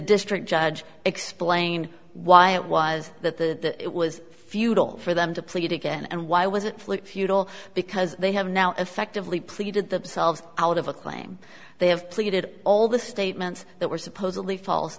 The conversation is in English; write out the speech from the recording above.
district judge explain why it was that the it was futile for them to plead again and why was it flipped futile because they have now effectively pleaded themselves out of a claim they have pleaded all the statements that were supposedly fal